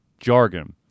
jargon